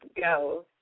go